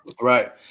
Right